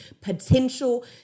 potential